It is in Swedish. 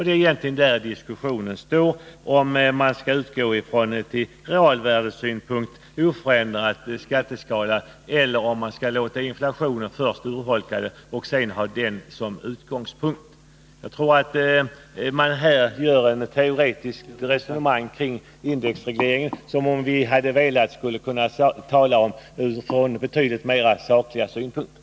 Det är egentligen om detta diskussionen står — om man skall utgå från en ur realvärdesynpunkt oförändrad skatteskala eller om man först skall låta inflationen urholka penningvärdet och sedan ta detta som utgångspunkt. Man för här ett teoretiskt resonemang kring indexregleringen, och jag tror att vi skulle kunna anföra betydligt mer sakliga synpunkter.